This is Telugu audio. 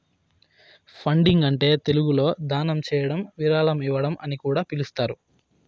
ఫండింగ్ అంటే తెలుగులో దానం చేయడం విరాళం ఇవ్వడం అని కూడా పిలుస్తారు